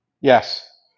Yes